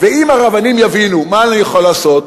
ואם הרבנים יבינו, מה אני יכול לעשות,